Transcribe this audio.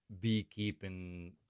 beekeeping